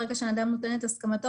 ברגע שאדם נותן את הסכמתו,